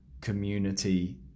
community